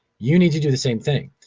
you need to do the same thing.